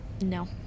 No